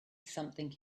something